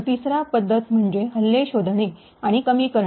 तिसरा पध्दत म्हणजे हल्ले शोधणे आणि कमी करणे